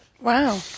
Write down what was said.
Wow